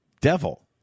devil